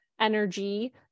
energy